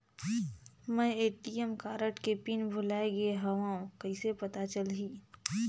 मैं ATM card के PIN भुलाए गे हववं कइसे पता चलही?